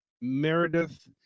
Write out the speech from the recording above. Meredith